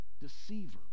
deceiver